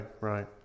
right